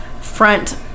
front